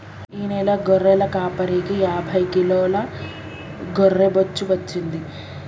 ఈ నెల గొర్రెల కాపరికి యాభై కిలోల గొర్రె బొచ్చు వచ్చింది